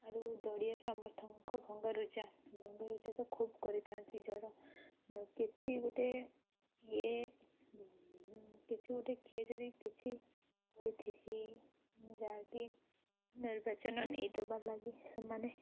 ଆରୁ ଦଳୀୟ ସମର୍ଥଙ୍କ ଭଙ୍ଗାରୁଜା ଭଙ୍ଗାରୁଜା ତ ଖୁବ୍ କରିଥାନ୍ତି କିଛି ଗୋଟେ ଇଏ କିଛି ଗୋଟେ କିଏ ଯଦି କିଛି କହୁଥିସି ଯାହାକି ନିର୍ବାଚନ ନେଇ ଦେବା ଲାଗି ସେମାନେ